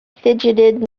fidgeted